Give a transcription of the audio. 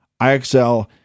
IXL